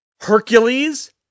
Hercules